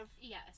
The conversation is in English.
Yes